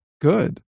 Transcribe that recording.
good